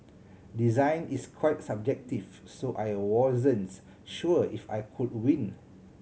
design is quite subjective so I wasn't sure if I could win